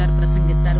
are ప్రసంగిస్తారు